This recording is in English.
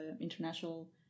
international